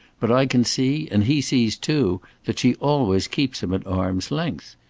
but i can see, and he sees too, that she always keeps him at arm's length.